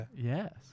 yes